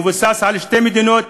מבוסס על שתי מדינות,